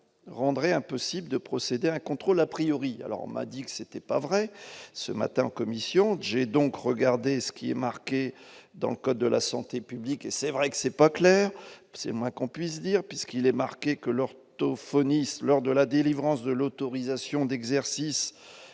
rendrait impossible de procéder à un contrôle a priori, alors on m'a dit que c'était pas vrai, ce matin en commission, j'ai donc regardé ce qui est marqué dans le code de la santé publique et c'est vrai que c'est pas clair, c'est moins qu'on puisse dire, puisqu'il est marqué que l'orthophoniste, lors de la délivrance de l'autorisation d'exercice